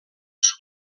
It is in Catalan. sud